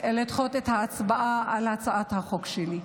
לדחות את ההצבעה על הצעת החוק שלי.